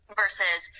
versus